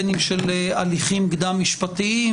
בין אם של הליכים קדם משפטיים,